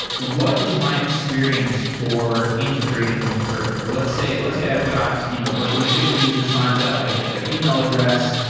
what is my experience for integrating with courier? let's say let's say i've got you know when a given user signs up, i get their email address.